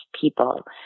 people